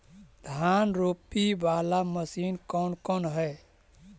धान रोपी बाला मशिन कौन कौन है?